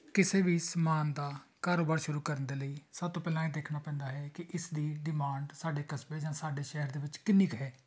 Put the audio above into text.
ਕਿਸੇ ਵੀ ਸਮਾਨ ਦਾ ਕਾਰੋਬਾਰ ਸ਼ੁਰੂ ਕਰਨ ਦੇ ਲਈ ਸਭ ਤੋਂ ਪਹਿਲਾਂ ਇਹ ਦੇਖਣਾ ਪੈਂਦਾ ਹੈ ਕਿ ਇਸ ਦੀ ਡਿਮਾਂਡ ਸਾਡੇ ਕਸਬੇ ਜਾਂ ਸਾਡੇ ਸ਼ਹਿਰ ਦੇ ਵਿੱਚ ਕਿੰਨੀ ਕੁ ਹੈ